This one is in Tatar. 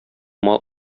мал